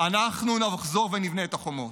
אנחנו נחזור ונבנה את החומות,